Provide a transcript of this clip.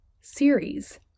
series